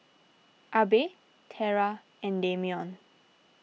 Abe Terra and Dameon